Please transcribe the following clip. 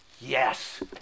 Yes